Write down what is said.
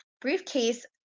briefcase